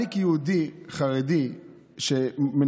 היא